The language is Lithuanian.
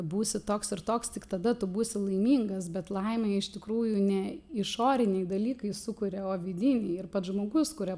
būsi toks ir toks tik tada tu būsi laimingas bet laimę iš tikrųjų ne išoriniai dalykai sukuria o vidiniai ir pats žmogus kuria